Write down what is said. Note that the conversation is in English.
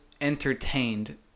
entertained